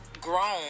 grown